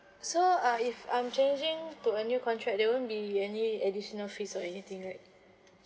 so uh if I'm changing to a new contract there won't be any additional fees or anything right